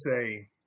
say